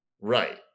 right